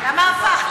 למה הפך?